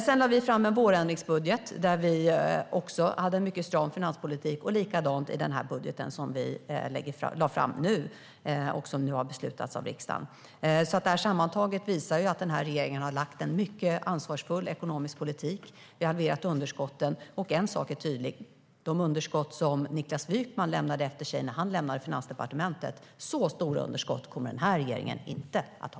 Sedan lade vi fram en vårändringsbudget där vi hade en mycket stram finanspolitik, och det är likadant i den budget som vi har lagt fram och som nu har beslutats av riksdagen. Sammantaget visar detta att den här regeringen har en mycket ansvarsfull ekonomisk politik. Vi har halverat underskotten, och en sak är tydlig: Så stora underskott som Niklas Wykman lämnade efter sig när han lämnade Finansdepartementet kommer den här regeringen inte att ha.